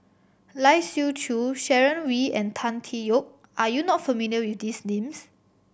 Lai Siu Chiu Sharon Wee and Tan Tee Yoke are you not familiar with these names